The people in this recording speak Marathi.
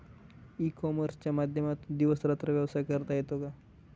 ई कॉमर्सच्या माध्यमातून दिवस रात्र व्यवसाय करता येतो का?